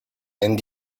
and